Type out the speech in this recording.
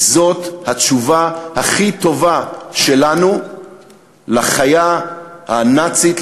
כי זאת התשובה הכי טובה שלנו לחיה הנאצית,